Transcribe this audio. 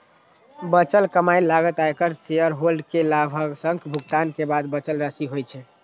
बचल कमाइ लागत, आयकर, शेयरहोल्डर कें लाभांशक भुगतान के बाद बचल राशि होइ छै